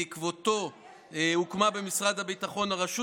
ובעקבות זאת הוקמה במשרד הביטחון הרשות